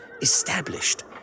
established